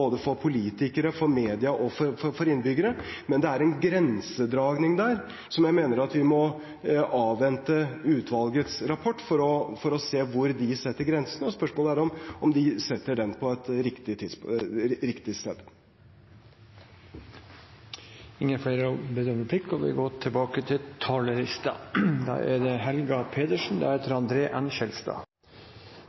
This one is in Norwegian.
for politikere, for media og for innbyggere. Men det er en grensedragning der. Jeg mener vi må avvente utvalgets rapport for å se hvor de setter grensen. Spørsmålet er om de setter den på riktig sted. Replikkordskiftet er omme. De talere som heretter får ordet, har en taletid på inntil 3 minutter. Jeg fulgte replikkordskiftet med stor interesse, særlig det